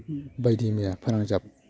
बायदि मैया फोनांजाब